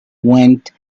went